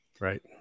right